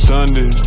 Sunday